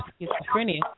schizophrenia